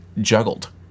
juggled